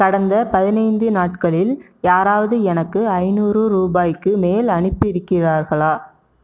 கடந்த பதினைந்து நாட்களில் யாராவது எனக்கு ஐந்நூறு ரூபாய்க்கு மேல் அனுப்பி இருக்கிறார்களா